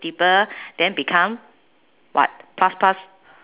people then become what plus plus